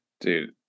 Dude